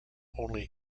only